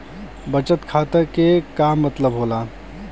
बचत खाता के का मतलब होला?